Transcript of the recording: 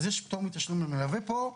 אז יש פטור מתשלום למלווה פה.